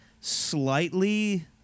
slightly